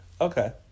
Okay